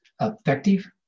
effective